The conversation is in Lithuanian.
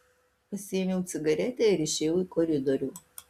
pasiėmiau cigaretę ir išėjau į koridorių